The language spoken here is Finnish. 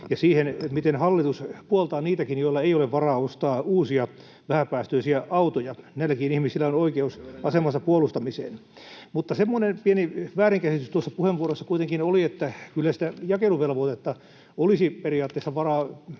ja siihen, miten hallitus puoltaa niitäkin, joilla ei ole varaa ostaa uusia vähäpäästöisiä autoja. Näilläkin ihmisillä on oikeus asemansa puolustamiseen. Mutta semmoinen pieni väärinkäsitys tuossa puheenvuorossa kuitenkin oli, että kyllä sitä jakeluvelvoitetta olisi periaatteessa varaa